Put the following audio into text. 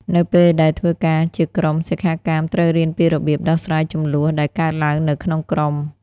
នៅពេលដែលធ្វើការជាក្រុម សិក្ខាកាមត្រូវរៀនពីរបៀប ដោះស្រាយជម្លោះ ដែលកើតឡើងនៅក្នុងក្រុម។